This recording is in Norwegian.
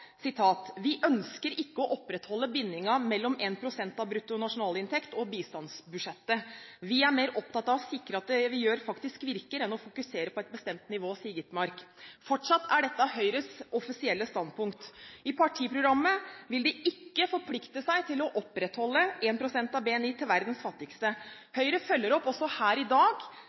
ønsker ikke å opprettholde bindingen mellom én prosent av bruttonasjonalinntekt og bistandsbudsjettet. Vi er mer opptatt av å sikre at det vi gjør faktisk virker, enn å fokusere på et bestemt nivå.» Fortsatt er dette Høyres offisielle standpunkt. I partiprogrammet vil de ikke forplikte seg til å opprettholde 1 pst. av BNI til verdens fattigste. Høyre følger opp også her i dag